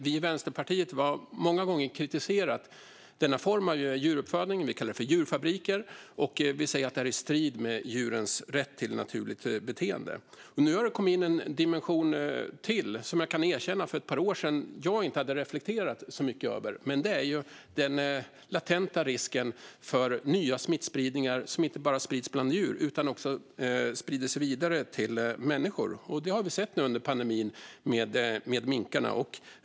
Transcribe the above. Vi i Vänsterpartiet har många gånger kritiserat denna form av djuruppfödning. Vi kallar det för djurfabriker, och vi säger att det är i strid med djurens rätt till naturligt beteende. Nu har det kommit en dimension till. Jag kan erkänna att jag inte hade reflekterat över den så mycket för ett par år sedan. Det är den latenta risken för nya smittor som inte bara sprids bland djur utan också till människor. Det har vi sett nu under pandemin med minkarna.